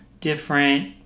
different